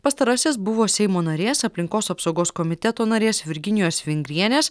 pastarasis buvo seimo narės aplinkos apsaugos komiteto narės virginijos vingrienės